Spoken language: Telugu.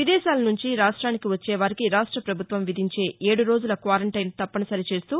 విదేశాల నుంచి రాష్ట్రానికి వచ్చేవారికి రాష్ట పభుత్వం విధించే ఏడు రోజుల క్వారంటైన్ తప్పనిసరి చేస్తూ